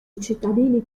cittadini